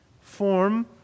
form